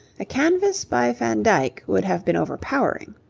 a canvas by van dyck would have been overpowering.